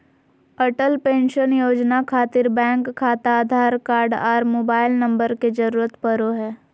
Atal pension योजना खातिर bank खाता आधार कार्ड आर मोबाइल नम्बर के जरूरत परो हय